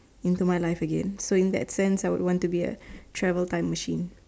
into my life again so in that sense I would want to be a travel time machine